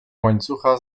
łańcucha